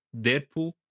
Deadpool